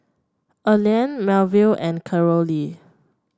Earlean Melville and Carolee